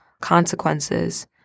consequences